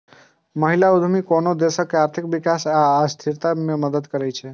महिला उद्यमी कोनो देशक आर्थिक विकास आ स्थिरता मे मदति करै छै